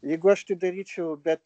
jeigu aš tai daryčiau bet